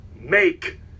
make